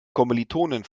kommilitonin